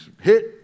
hit